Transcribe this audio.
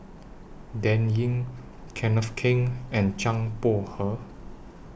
Dan Ying Kenneth Keng and Zhang Bohe